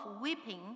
weeping